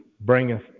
bringeth